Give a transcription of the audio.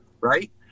right